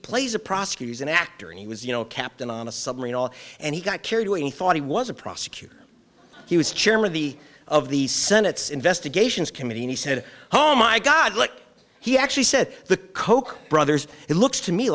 plays a prosecutor as an actor and he was you know a captain on a submarine all and he got carried away he thought he was a prosecutor he was chairman of the of the senate's investigations committee and he said oh my god look he actually said the koch brothers it looks to me